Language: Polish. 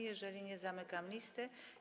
Jeżeli nie, zamykam listę.